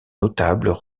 notables